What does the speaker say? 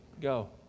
go